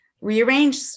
rearrange